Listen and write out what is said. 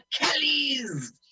Kellys